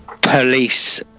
police